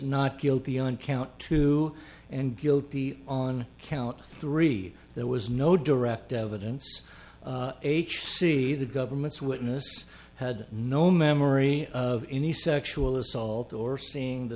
not guilty on count two and guilty on count three there was no direct evidence h c the government's witness had no memory of any sexual assault or seeing the